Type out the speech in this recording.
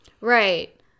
Right